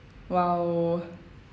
!wow!